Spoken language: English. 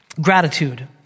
gratitude